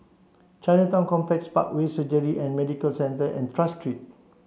Chinatown Complex Parkway Surgery and Medical Centre and Tras Street